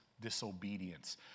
disobedience